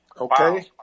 Okay